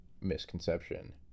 misconception